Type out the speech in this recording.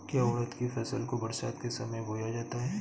क्या उड़द की फसल को बरसात के समय बोया जाता है?